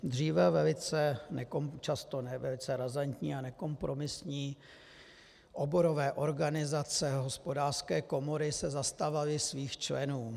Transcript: Dříve často velice razantní a nekompromisní oborové organizace, hospodářské komory se zastávaly svých členů.